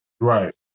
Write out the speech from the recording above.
Right